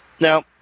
Now